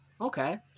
Okay